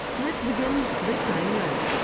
lets begin with timeline.